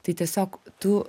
tai tiesiog tu